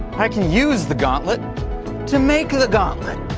i can use the gauntlet to make the gauntlet.